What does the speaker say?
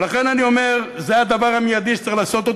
ולכן אני אומר, זה הדבר המיידי שצריך לעשות.